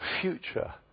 future